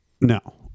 No